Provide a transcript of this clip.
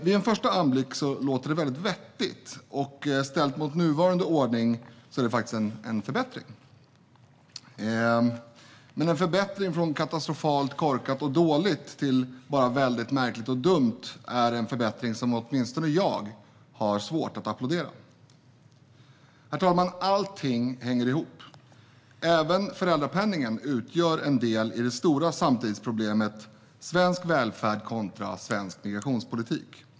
Vid en första anblick verkar det vettigt, och ställt mot nuvarande ordning är det en förbättring. Men en förbättring från katastrofalt korkat och dåligt till bara väldigt märkligt och dumt är en förbättring som åtminstone jag har svårt att applådera. Herr talman! Allt hänger ihop. Även föräldrapenningen utgör en del i det stora samtidsproblemet svensk välfärd kontra svensk migrationspolitik.